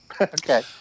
Okay